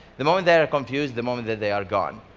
the moment they are confused, the moment that they are gone.